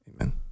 Amen